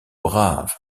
braves